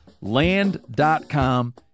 Land.com